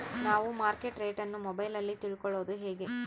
ನಾವು market rate ಅನ್ನು ಮೊಬೈಲಲ್ಲಿ ತಿಳ್ಕಳೋದು ಹೇಗೆ?